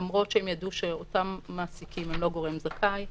למרות שהם ידעו שאותם מעסיקים הם לא גורם זכאי,